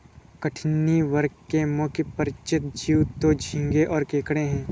कठिनी वर्ग के मुख्य परिचित जीव तो झींगें और केकड़े हैं